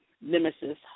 nemesis